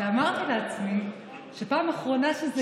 ואמרתי לעצמי שהפעם האחרונה שזה קרה,